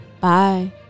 bye